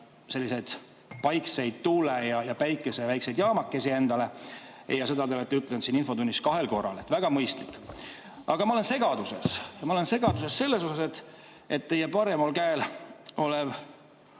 selliseid paikseid tuule- ja päikesejaamakesi. Seda te olete ütelnud siin infotunnis kahel korral. Väga mõistlik! Aga ma olen segaduses. Ma olen segaduses sellepärast, et teie paremal käel olev